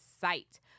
site